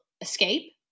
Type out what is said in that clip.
escape